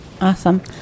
Awesome